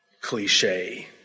cliche